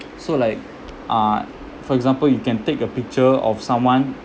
so like uh for example you can take a picture of someone